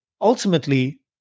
ultimately